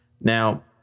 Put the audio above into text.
Now